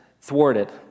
thwarted